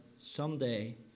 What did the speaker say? someday